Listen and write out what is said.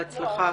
בהצלחה.